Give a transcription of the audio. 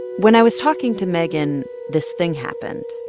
when i was talking to megan, this thing happened.